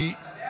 אני רק